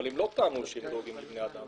אבל הם לא טענו שהם אוהבים בני אדם.